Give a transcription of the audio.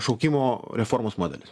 šaukimo reformos modelis